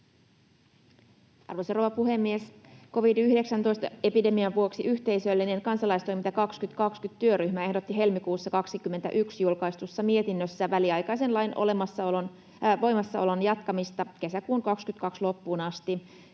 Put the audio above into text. Arvoisa rouva puhemies! Covid-19-epidemian vuoksi Yhteisöllinen kansalaistoiminta 2020 -työryhmä ehdotti helmikuussa 21 julkaistussa mietinnössä väliaikaisen lain voimassaolon jatkamista kesäkuun 22 loppuun asti